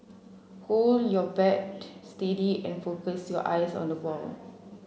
hold your bat steady and focus your eyes on the ball